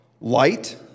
Light